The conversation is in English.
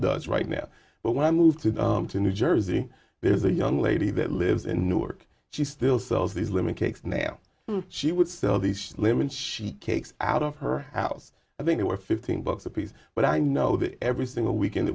does right now but when i moved to new jersey there's a young lady that lives in new york she still sells these lemon cakes now she would sell these lemon she cakes out of her house i think they were fifteen bucks apiece but i know that every single weekend